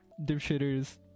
dipshitters